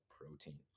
protein